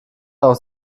auch